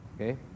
okay